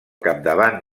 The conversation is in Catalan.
capdavant